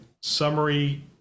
summary